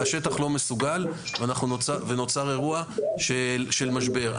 השטח לא מסוגל ונוצר אירוע של משבר.